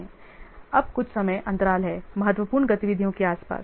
इसलिए अब कुछ समय अंतराल हैं महत्वपूर्ण गतिविधियों के आसपास